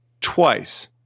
Twice